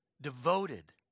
devoted